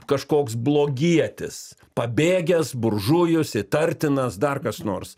kažkoks blogietis pabėgęs buržujus įtartinas dar kas nors